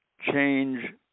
change